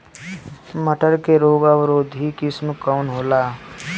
मटर के रोग अवरोधी किस्म कौन होला?